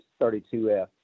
32f